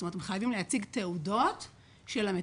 זאת אומרת, הם חייבים להציג תעודות של המטפלות.